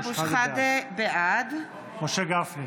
בעד משה גפני.